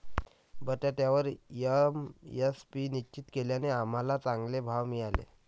बटाट्यावर एम.एस.पी निश्चित केल्याने आम्हाला चांगले भाव मिळाले